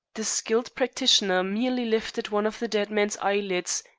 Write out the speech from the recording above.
the skilled practitioner merely lifted one of the dead man's eyelids,